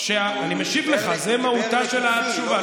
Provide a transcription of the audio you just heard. אני משיב לך, זאת מהותה של התשובה.